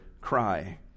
cry